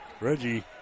Reggie